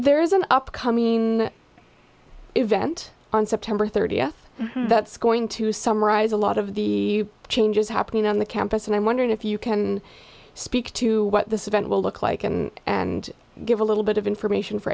there is an upcoming event on september thirtieth that's going to summarize a lot of the changes happening on the campus and i'm wondering if you can speak to what this event will look like and and give a little bit of information for